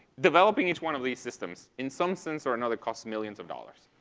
developing each one of these systems, in some sense or another, costs millions of dollars.